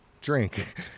drink